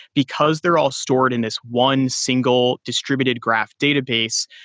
because they're all stored in this one single distributed graph database,